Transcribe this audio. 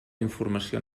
informació